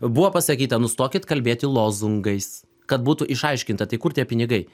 buvo pasakyta nustokit kalbėti lozungais kad būtų išaiškinta tai kur tie pinigai